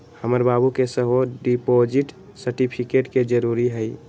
हमर बाबू के सेहो डिपॉजिट सर्टिफिकेट के जरूरी हइ